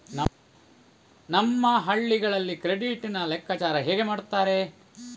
ನಮ್ಮ ಹಳ್ಳಿಗಳಲ್ಲಿ ಕ್ರೆಡಿಟ್ ನ ಲೆಕ್ಕಾಚಾರ ಹೇಗೆ ಮಾಡುತ್ತಾರೆ?